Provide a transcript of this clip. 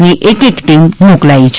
ની એક એક ટીમ મોકલાઇ છે